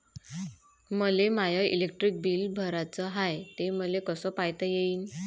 मले माय electric bill भराचं हाय, ते मले कस पायता येईन?